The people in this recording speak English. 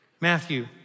Matthew